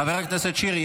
חבר הכנסת שירי,